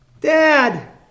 dad